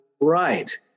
right